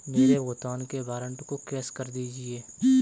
मेरे भुगतान के वारंट को कैश कर दीजिए